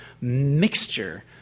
mixture